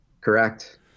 Correct